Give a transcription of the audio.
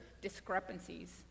discrepancies